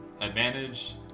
Advantage